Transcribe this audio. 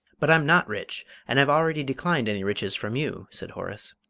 but i'm not rich, and i've already declined any riches from you, said horace.